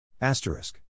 Asterisk